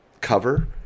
cover